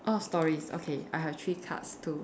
orh stories okay I have three cards too